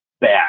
Bad